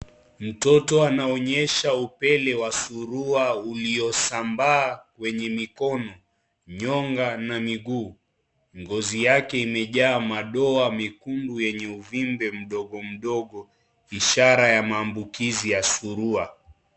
Mtoto anaonyesha upele wa surua uliosambaa kwenye mikono, nyonga na miguu. Ngozi yake imejaa madoa mekundu yenye uvimbe mdogo mdogo ishara ya maambukizi ya surua.